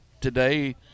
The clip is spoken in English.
today